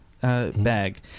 bag